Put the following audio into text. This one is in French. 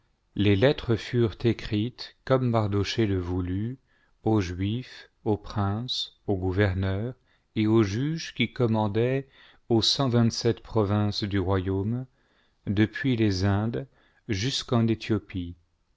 les lettres furent écrites comme mardochée le voulut aux juifs aux princes aux gouverneurs et aux juges qui commandaient aux cent vingt-sept provinces du royaume depuis les indes jusqu'en dy